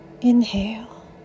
Inhale